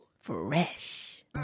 Fresh